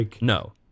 No